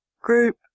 group